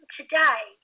today